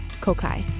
Kokai